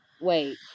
Wait